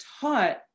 taught